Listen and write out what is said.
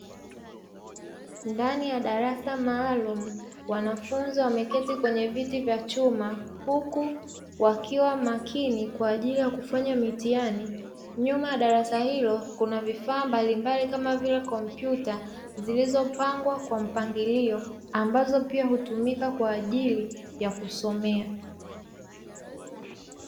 Ndani ya darasa maalumu, wanafunzi wameketi kwenye viti vya chuma, huku wakiwa makini kwa ajili ya kufanya mitihani, nyuma darasa hilo kuna vifaa mbalimbali, kama vile kompyuta zilizopangwa kwa mpangilio, ambazo pia hutumika kwa ajili ya kusomea.